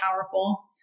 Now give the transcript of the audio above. powerful